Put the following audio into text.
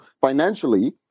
financially